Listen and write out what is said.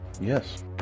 Yes